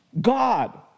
God